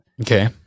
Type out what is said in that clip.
Okay